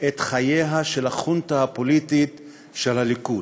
את חייה של החונטה הפוליטית של הליכוד.